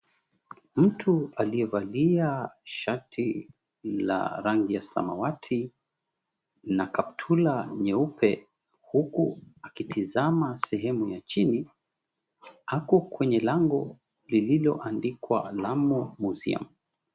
Mtu aliyevalia shati la rangi ya samawati na kaptura nyeupe huku akitazama sehemu ya chini ako kwenye lango lililoandikwa, "Lamu Museum."